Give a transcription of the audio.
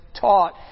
taught